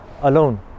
alone